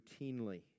routinely